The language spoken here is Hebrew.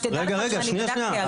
שתדע לך שאני בדקתי על זה.